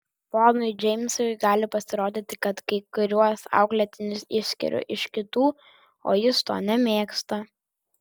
ponui džeimsui gali pasirodyti kad kai kuriuos auklėtinius išskiriu iš kitų o jis to nemėgsta